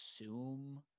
assume –